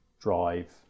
drive